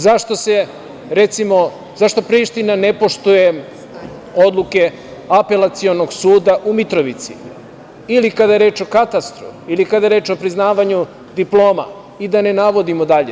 Zašto Priština ne poštuje odluke Apelacionog suda u Mitrovici ili kada je reč o katastru, ili kada je reč o priznavanju diploma i da ne navodimo dalje?